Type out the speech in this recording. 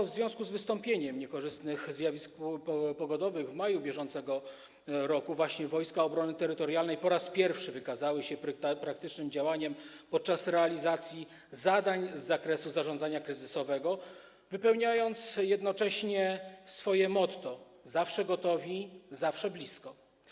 W związku z wystąpieniem niekorzystnych zjawisk pogodowych w maju br. Wojska Obrony Terytorialnej po raz pierwszy wykazały się praktycznym działaniem podczas realizacji zadań z zakresu zarządzania kryzysowego, wypełniając jednocześnie swoje motto: „Zawsze gotowi, zawsze blisko”